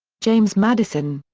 james madison.